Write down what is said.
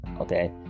Okay